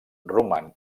roman